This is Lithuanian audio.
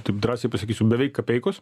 taip drąsiai pasakysiu beveik kapeikos